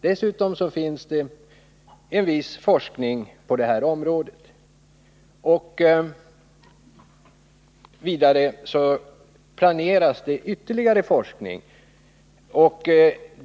Dessutom finns det en viss forskning på det här området, och det planeras ytterligare forskning.